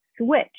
switch